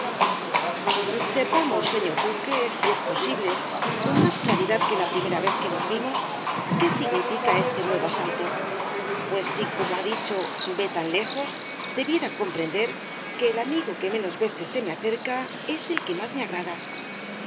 sepamos señor duque si es posible con más claridad que la primera vez que nos vimos qué significa este nuevo asalto pues si como ha dicho ve tan lejos debiera comprender que el amigo que menos veces se me acerca es el que más me agrada eso